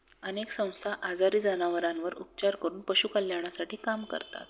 अनेक संस्था आजारी जनावरांवर उपचार करून पशु कल्याणासाठी काम करतात